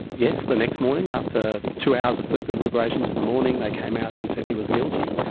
yes, the next morning, after two hours of further deliberations in the morning, they came out and said he was guilty,